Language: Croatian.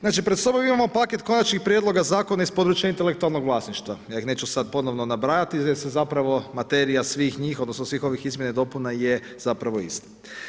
Znači pred sobom imamo paket konačnih prijedloga zakona iz područja intelektualnog vlasništva, ja ih neću sada ponovno nabrajati jer se zapravo materija svih njih, odnosno svih ovih izmjena i dopuna je zapravo ista.